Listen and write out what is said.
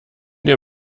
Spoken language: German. dir